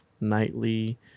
Nightly